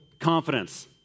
confidence